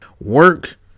Work